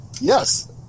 Yes